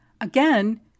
Again